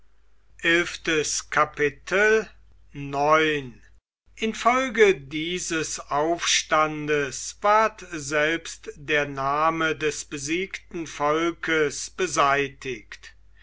infolge dieses aufstandes ward selbst der name des besiegten volkes beseitigt